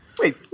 Wait